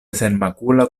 senmakula